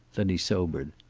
then he sobered.